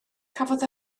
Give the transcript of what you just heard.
cafodd